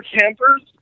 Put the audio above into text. campers